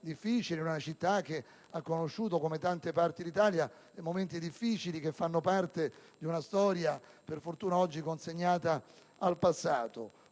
in una città che ha conosciuto - come tante parti d'Italia - momenti difficili che fanno parte di una storia per fortuna oggi consegnata al passato.